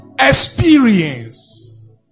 experience